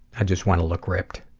i just wanna look ripped.